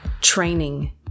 training